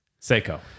seiko